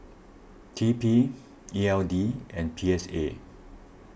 T P E L D and P S A